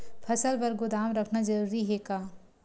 फसल बर गोदाम रखना जरूरी हे का?